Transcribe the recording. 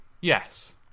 Yes